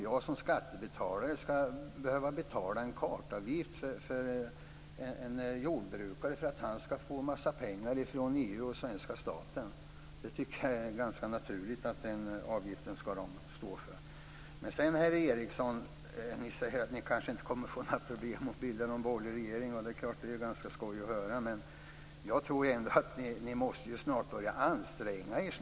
Jag som skattebetalare ska väl inte behöva betala en kartavgift för en jordbrukare för att han ska få en massa pengar från EU och svenska staten? Det är naturligt att de ska stå för avgiften själva. Herr Eriksson säger att de inte kommer att ha några problem att bilda en borgerliga regering. Det är ganska skoj att höra. Jag tror ändå att ni måste börja anstränga er.